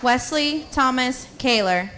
wesley thomas kaylor